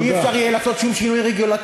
ולא יהיה אפשר לעשות שום שינוי רגולטורי,